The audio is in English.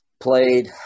played